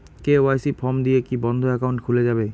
KYC form দিয়ে কি বন্ধ একাউন্ট খুলে যাবে?